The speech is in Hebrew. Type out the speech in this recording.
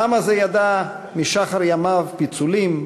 העם הזה ידע משחר ימיו פיצולים,